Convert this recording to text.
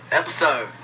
episode